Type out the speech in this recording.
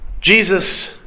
Jesus